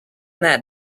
that